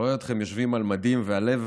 רואה אתכם יושבים על מדים, והלב